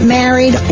married